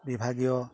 বিভাগীয়